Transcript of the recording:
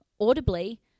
audibly